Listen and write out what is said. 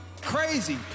crazy